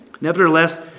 Nevertheless